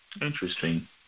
interesting